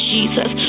Jesus